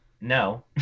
no